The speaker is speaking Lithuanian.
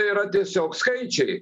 yra tiesiog skaičiai